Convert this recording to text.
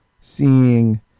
seeing